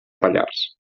pallars